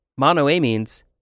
monoamines